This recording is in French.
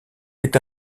est